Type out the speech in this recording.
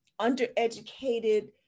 undereducated